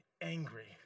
angry